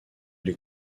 les